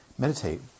meditate